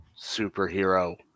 superhero